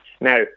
Now